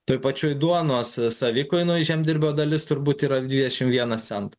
toj pačioj duonos s savikainoj žemdirbio dalis turbūt yra dvidešimt vienas cento